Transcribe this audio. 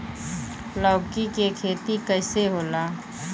लौकी के खेती कइसे होला?